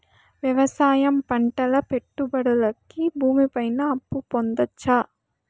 వ్యవసాయం పంటల పెట్టుబడులు కి భూమి పైన అప్పు పొందొచ్చా?